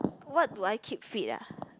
what do I keep fit ah